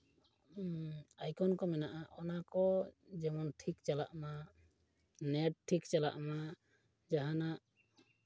icon ᱠᱚ ᱢᱮᱱᱟᱜᱼᱟ ᱚᱱᱟ ᱠᱚ ᱡᱮᱢᱚᱱ ᱴᱷᱤᱠ ᱪᱟᱞᱟᱜᱼᱢᱟ ᱱᱮᱴ ᱴᱷᱤᱠ ᱪᱟᱞᱟᱜᱼᱢᱟ ᱡᱟᱦᱟᱱᱟᱜ